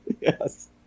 Yes